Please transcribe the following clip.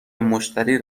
مشتری